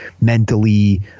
mentally